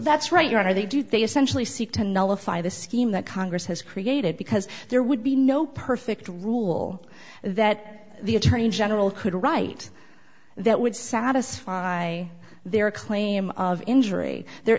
that's right you know they do they essentially seek to nullify the scheme that congress has created because there would be no perfect rule that the attorney general could write that would satisfy their claim of injury